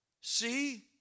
See